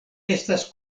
estas